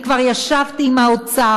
אני כבר ישבתי עם האוצר,